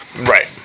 Right